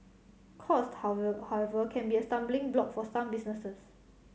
cost however however can be a stumbling block for some businesses